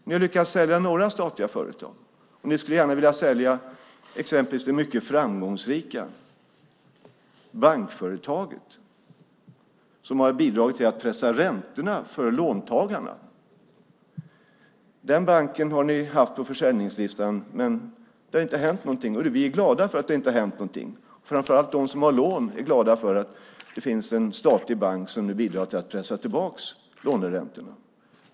Ni har lyckats sälja några statliga företag, och ni skulle gärna vilja sälja exempelvis det mycket framgångsrika bankföretaget som har bidragit till att pressa räntorna för låntagarna. Den banken har ni haft på försäljningslistan, men det har inte hänt någonting, och det är vi glada för. Framför allt de som har lån är glada för att det finns en statlig bank som nu bidrar till att pressa tillbaka låneräntorna.